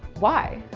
why?